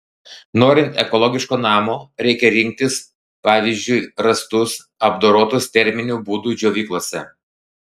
norint ekologiško namo reikia rinktis pavyzdžiui rąstus apdorotus terminiu būdu džiovyklose